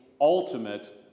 ultimate